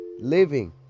living